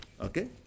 Okay